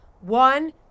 One